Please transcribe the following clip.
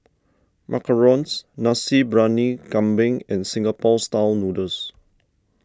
Macarons Nasi Briyani Kambing and Singapore Style Noodles